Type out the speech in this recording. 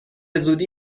زودی